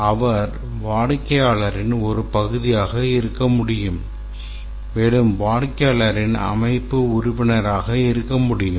அவர் வாடிக்கையாளரின் ஒரு பகுதியாக இருக்க முடியும் மேலும் வாடிக்கையாளரின் அமைப்பு உறுப்பினராக இருக்க முடியும்